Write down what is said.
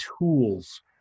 tools